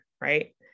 Right